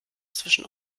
zwischen